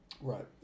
Right